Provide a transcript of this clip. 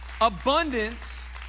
Abundance